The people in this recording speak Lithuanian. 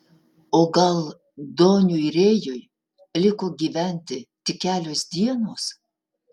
o gal doniui rėjui liko gyventi tik kelios dienos